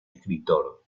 escritor